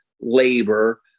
labor